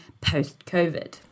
post-COVID